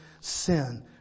sin